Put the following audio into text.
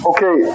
Okay